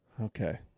Okay